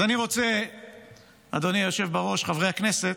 אז אדוני היושב-ראש וחברי הכנסת,